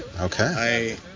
Okay